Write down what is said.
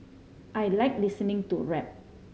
I like listening to rap